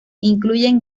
incluyen